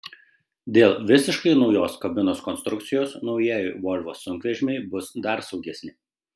dėl visiškai naujos kabinos konstrukcijos naujieji volvo sunkvežimiai bus dar saugesni